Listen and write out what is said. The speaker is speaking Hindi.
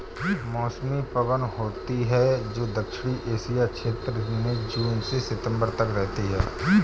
मौसमी पवन होती हैं, जो दक्षिणी एशिया क्षेत्र में जून से सितंबर तक रहती है